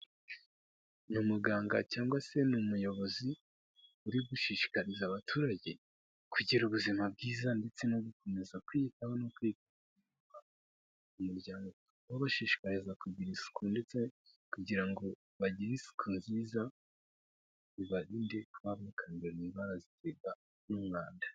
Ni umuganga cyangwa se ni umuyobozi uri gushishikariza abaturage kugira ubuzima bwiza ndetse no gukomeza kwiyitaho no kwi ubashishikariza kugira isuku ndetse kugira ngo bagire isuku nziza bi ubarinde kubamokanidwara ziterwa n'umwanda.